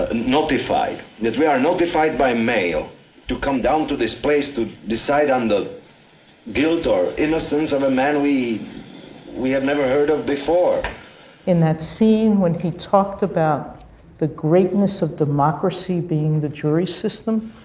ah notified? that we are notified by mail to come down to this place to decide on the guilt or innocence of a man we we have never heard of before in that scene when he talked about the greatness of democracy being the jury system,